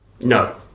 No